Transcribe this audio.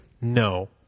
No